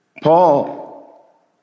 Paul